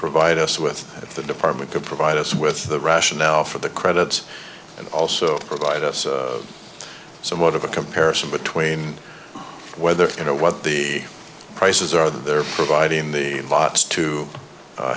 provide us with the department to provide us with the rationale for the credits and also provide us somewhat of a comparison between whether you know what the prices are there providing the votes to